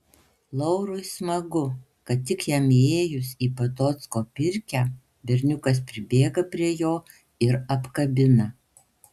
laurui smagu kad tik jam įėjus į patocko pirkią berniukas pribėga prie jo ir apkabina